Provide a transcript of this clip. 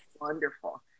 wonderful